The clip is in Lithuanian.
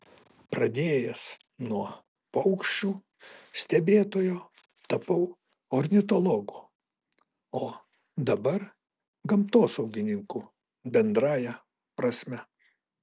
pradėjęs nuo paukščių stebėtojo tapau ornitologu o dabar gamtosaugininku bendrąja prasme